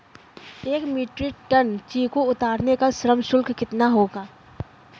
एक metric ton चीकू उतारने का श्रम शुल्क कितना होगा?